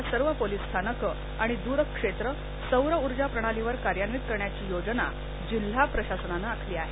आता सर्व police station आणि दुरक्षेत्रं सौरउर्जा प्रणालीवर कार्यान्वीत करण्याची योजना जिल्हा प्रशासनाने आखली आहे